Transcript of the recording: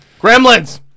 Gremlins